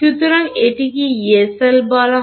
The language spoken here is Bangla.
সুতরাং এটিকে ইয়ে সেল বলা হয়